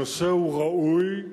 הנושא ראוי,